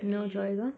no choice ah